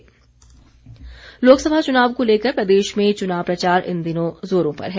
प्रचार लोकसभा चुनाव को लेकर प्रदेश में चुनाव प्रचार इन दिनों जोरों पर है